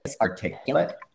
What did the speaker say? articulate